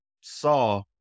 saw